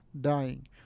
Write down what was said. dying